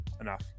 enough